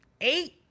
eight